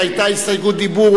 שהיתה לה הסתייגות דיבור,